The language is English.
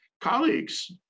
colleagues